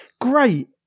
great